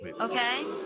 Okay